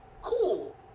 Cool